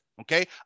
Okay